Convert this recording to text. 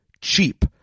cheap